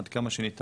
עד כמה שניתן,